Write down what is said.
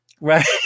Right